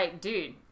dude